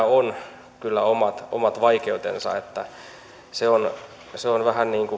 on omat omat vaikeutensa se on kansankielellä sanoen vähän niin